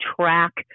track